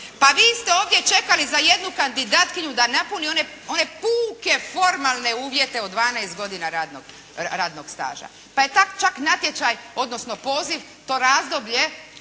Pa vi ste ovdje čekali za jednu kandidatkinju da napuni one puke formalne uvjete od 12 godina radnog staža, pa je čak natječaj, odnosno poziv to razdoblje